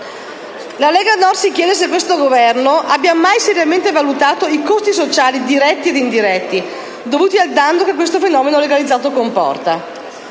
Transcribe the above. La Lega Nord si chiede se questo Governo abbia mai seriamente valutato i costi sociali, diretti ed indiretti, dovuti al danno che questo fenomeno legalizzato comporta: